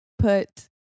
put